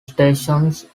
stations